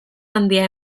handia